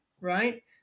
right